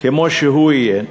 כמו שהוא יהיה.